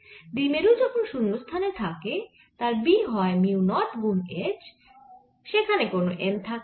দ্বিমেরু যখন শুন্যস্থানে থাকে তার B হয় মিউ নট গুন H সেখানে কোন M থাকেনা